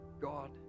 God